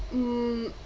mm